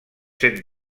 set